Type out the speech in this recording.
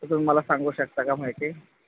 तर तुम्ही मला सांगू शकता का माहिती